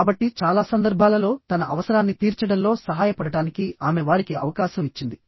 కాబట్టి చాలా సందర్భాలలో తన అవసరాన్ని తీర్చడంలో సహాయపడటానికి ఆమె వారికి అవకాశం ఇచ్చింది